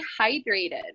hydrated